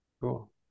Cool